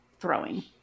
Throwing